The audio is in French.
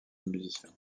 musiciens